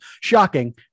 Shocking